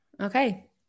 okay